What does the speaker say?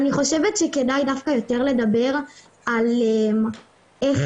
אני חושבת שכדאי דווקא יותר לדבר על איך,